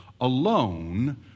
alone